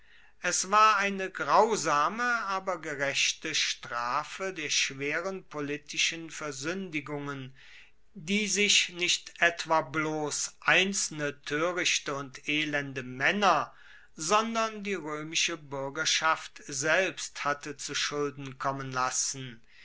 es war eine grausame aber gerechte strafe der schweren politischen versuendigungen die sich nicht etwa bloss einzelne toerichte oder elende maenner sondern die roemische buergerschaft selbst hatte zu schulden kommen lassen